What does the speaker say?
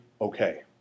okay